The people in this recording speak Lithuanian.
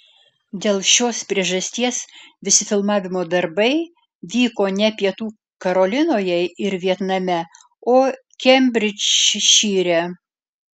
dėl šios priežasties visi filmavimo darbai vyko ne pietų karolinoje ir vietname o kembridžšyre